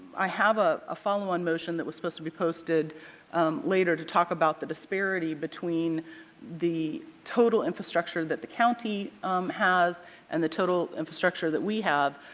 i have a ah follow on motion that was supposed to be posted later to talk about the disparity between the total infrastructure that the county has and the total infrastructure that we have,